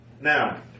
Now